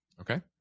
okay